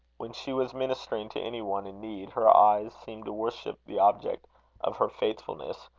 when she was ministering to any one in need, her eyes seemed to worship the object of her faithfulness,